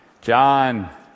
John